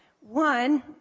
One